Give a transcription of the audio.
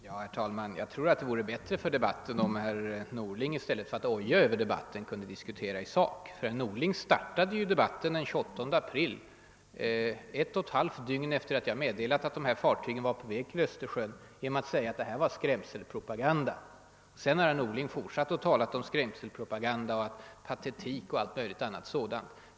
Herr talman! Jag tror att det vore bättre för sakfrågan om herr Norling i stället för att oja sig över debatten kunde diskutera problemen. Herr Norling startade ju debatten den 28 april — ett och ett halvt dygn efter det att jag meddelat att de här fartygen var på väg till Östersjön — genom att säga att detta var »skrämselpropaganda». Sedan har herr Norling fortsatt tala om »patetik« och allt möjligt annat sådant.